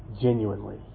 genuinely